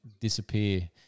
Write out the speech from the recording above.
disappear